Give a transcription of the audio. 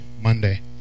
Monday